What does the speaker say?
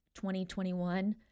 2021